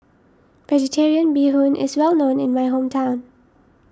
Vegetarian Bee Hoon is well known in my hometown